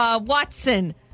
Watson